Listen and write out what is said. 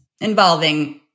involving